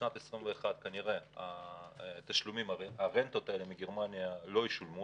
בשנת 2021 כנראה הרנטות מגרמניה לא ישולמו,